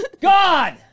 God